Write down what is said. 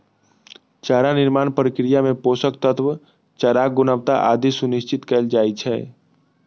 चारा निर्माण प्रक्रिया मे पोषक तत्व, चाराक गुणवत्ता आदि सुनिश्चित कैल जाइ छै